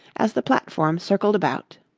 as the platform circled about.